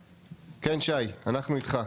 כן, שי, אנחנו איתך.